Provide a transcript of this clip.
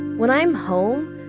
when i'm home,